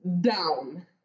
down